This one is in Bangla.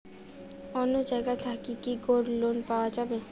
অন্য জায়গা থাকি কি গোল্ড লোন পাওয়া যাবে?